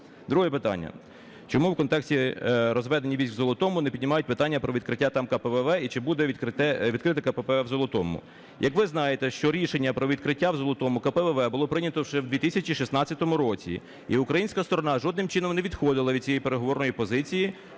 Друге питання. Чому в контексті розведення війсь в Золотому не піднімають питання про відкриття там КПВВ і чи буде відкрите КПВВ в Золотому? Як ви знаєте, що рішення про відкриття в Золотому КПВВ було прийнято ще в 2016-му році. І українська сторона жодним чином не відходила від цієї переговорної позиції,